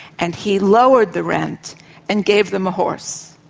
and he lowered the rent and gave them a horse.